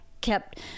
kept